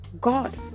God